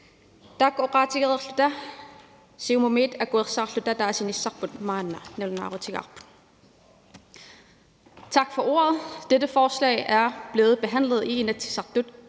Tak for ordet. Dette forslag er blevet behandlet i Inatsisartut